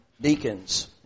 Deacons